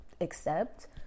accept